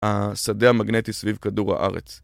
השדה המגנטי סביב כדור הארץ